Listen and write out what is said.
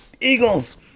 Eagles